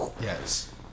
Yes